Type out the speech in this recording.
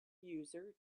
user